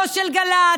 לא של גל"צ,